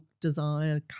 desire